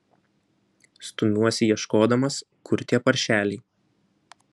stumiuosi ieškodamas kur tie paršeliai